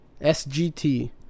SGT